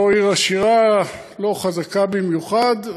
לא עיר עשירה, לא חזקה במיוחד.